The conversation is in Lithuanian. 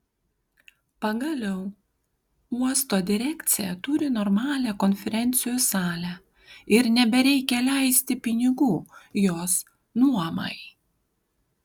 pagaliau uosto direkcija turi normalią konferencijų salę ir nebereikia leisti pinigų jos nuomai